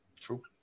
True